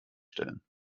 stellen